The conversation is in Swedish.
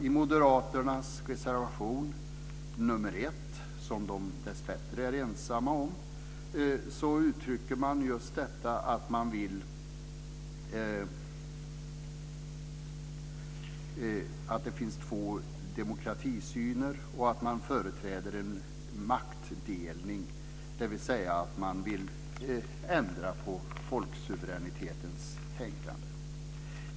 I moderaternas reservation nr 1, som de dess bättre är ensamma om, uttrycker de att det finns två syner på demokratin och att de företräder en maktdelning, dvs. de vill ändra på tänkandet om folksuveräniteten.